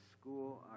school